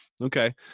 Okay